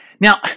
Now